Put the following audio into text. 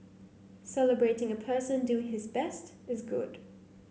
celebrating a person doing his best is good